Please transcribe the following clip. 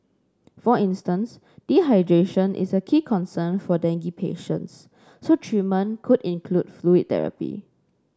for instance dehydration is a key concern for dengue patients so treatment could include fluid therapy